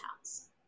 house